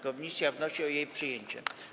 Komisja wnosi o jej przyjęcie.